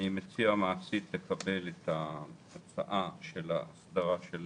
אני מציע מעשית לקבל את ההצעה של ההסדרה של